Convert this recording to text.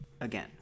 Again